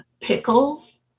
pickles